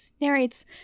narrates